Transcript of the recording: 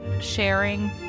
sharing